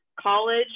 college